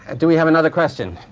and do we have another question?